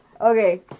Okay